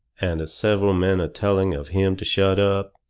and several men a-telling of him to shut up.